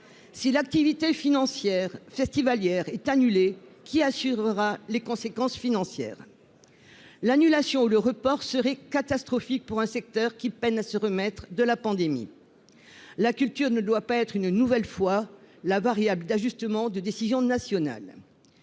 si l'activité financière festivalière est annulée, qui assurera les conséquences financières l'annulation ou le report serait catastrophique pour un secteur qui peine à se remettre de la pandémie, la culture ne doit pas être une nouvelle fois la variable d'ajustement de décisions nationales,